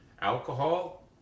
alcohol